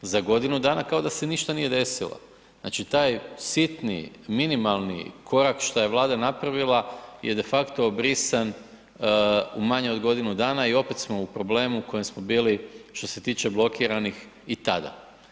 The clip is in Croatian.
Za godinu dana kao da se ništa nije desilo, znači taj sitni, minimalni korak šta je Vlada napravila je defakto obrisan u manje od godinu dana i opet smo u problemu u kojem smo bili što se tiče blokiranih i tada.